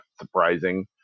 surprising